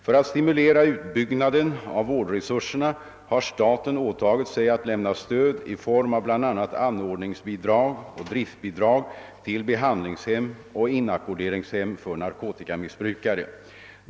För att stimulera utbyggnaden av vårdresurserna har staten åtagit sig att lämna stöd i form av bl.a. anordningsbidrag och driftbidrag till behandlingshem och inackorderingshem = för - narkotikamissbrukare.